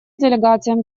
делегациям